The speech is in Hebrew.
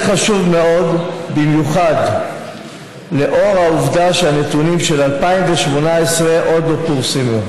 זה חשוב מאוד במיוחד לאור העובדה שהנתונים של 2018 עוד לא פורסמו,